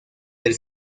del